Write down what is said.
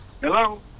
hello